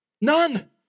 None